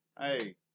Hey